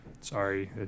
Sorry